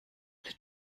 alle